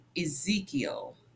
Ezekiel